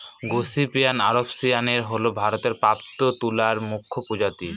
gossypium arboreum হল ভারতে প্রাপ্ত তুলার মুখ্য প্রজাতি